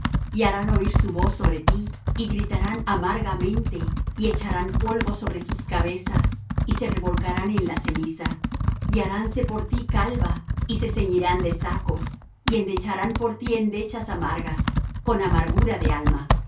y harán oir su voz sobre ti y gritarán amargamente y echarán polvo sobre sus cabezas y se revolcarán en la ceniza y haránse por ti calva y se ceñirán de sacos y endecharán por ti endechas amargas con amargura de alma